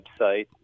website